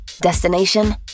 Destination